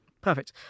Perfect